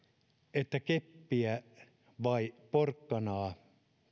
että keppiä vai porkkanaa